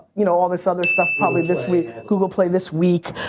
you know, all this other stuff probably this week, google play this week.